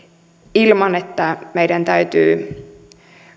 ilman että meidän täytyy